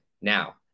Now